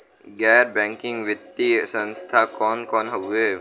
गैर बैकिंग वित्तीय संस्थान कौन कौन हउवे?